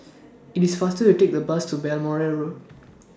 IT IS faster to Take The Bus to Balmoral Road